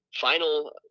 Final